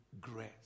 grace